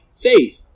faith